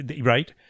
Right